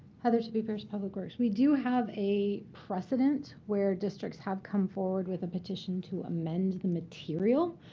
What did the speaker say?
heather tippey pierce, public works. we do have a precedent where districts have come forward with a petition to amend the material.